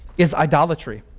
is idolatry.